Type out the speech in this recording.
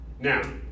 Now